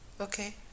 Okay